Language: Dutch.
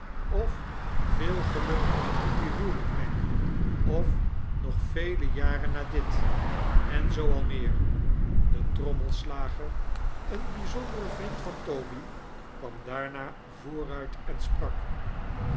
of veel geluk in je huwelijk meg of nog vele jaren na dit en zoo al meer de tromslager een bijzondere vriend van toby kwam daarna vooruit en sprak